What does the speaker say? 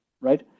right